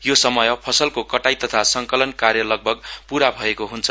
यो समय फसल कटाई तथा संकलन कार्य लगभग पूरा भएको हन्छ